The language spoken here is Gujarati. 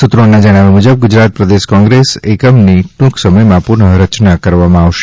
સૂત્રોના જણાવ્યા મુજબ ગુજરાત પ્રદેશ કોંગ્રેસ એકમની ટુંક સમયમાં પુનઃ રચના કરાશે